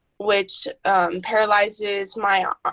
which paralyzes my, ah ah